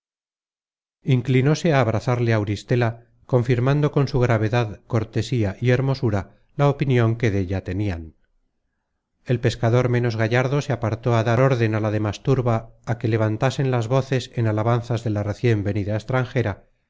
a abrazarle auristela confirmando con su gravedad cortesía y hermosura la opinion que della tenian el pescador ménos gallardo se apartó á dar órden á la demas turba á que levantasen las voces en alabanzas de la recien venida extranjera